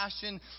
passion